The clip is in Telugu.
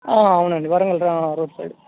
అవునండి వరంగల్ రోడ్ సైడ్